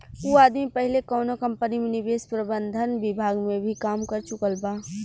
उ आदमी पहिले कौनो कंपनी में निवेश प्रबंधन विभाग में भी काम कर चुकल बा